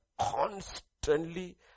constantly